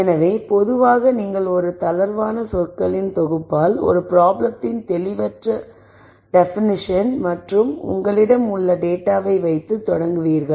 எனவே பொதுவாக நீங்கள் ஒரு தளர்வான சொற்களின் தொகுப்பால் ஒரு ப்ராப்பிளத்தின் தெளிவற்ற டெபனிஷன் மற்றும் உங்களிடம் உள்ள டேட்டாவை வைத்து தொடங்குவீர்கள்